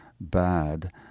bad